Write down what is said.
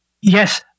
Yes